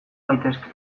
gaitezke